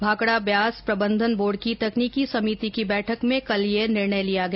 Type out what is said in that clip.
भाखड़ा ब्यास प्रबंधन बोर्ड की तकनीकी समिति की बैठक में कल ये निर्णय लिया गया